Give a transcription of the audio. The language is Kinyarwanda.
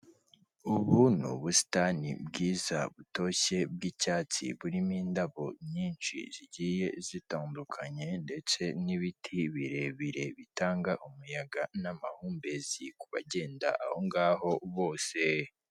Ubu ni ubusitani bwiza butoshye bw'icyatsi burimo indabo nyinshi zigiye zitandukanye ndetse n'ibiti birebire bitanga umuyaga n'amahumbezi ku bagenda aho ngaho bose.